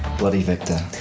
bloody viktor!